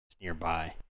nearby